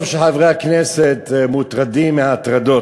טוב שחברי הכנסת מוטרדים מההטרדות.